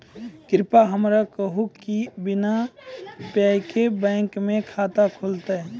कृपया हमरा कहू कि बिना पायक बैंक मे खाता खुलतै?